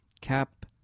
Cap